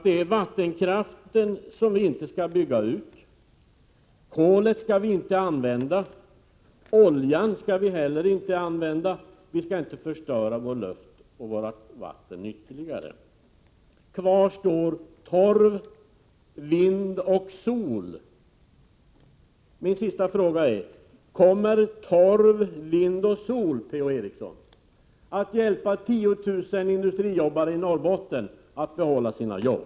Det är att vi inte skall bygga ut vattenkraften, inte använda kolet och inte heller oljan — vi skall inte förstöra luft och vatten ytterligare. Kvar blir då torv, vind och sol. Min sista fråga är: Kommer torv, vind och sol, Per-Ola Eriksson, att hjälpa 10 000 industrijobbare i Norrbotten att behålla sina jobb?